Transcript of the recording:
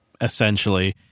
essentially